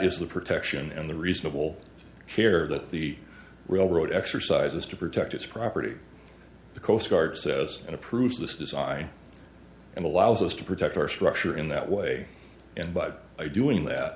is the protection and the reasonable care that the railroad exercises to protect its property the coast guard says it approves this design and allows us to protect our structure in that way and by doing